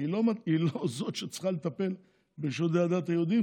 היא לא זו שצריכה לטפל בשירותי הדת היהודיים,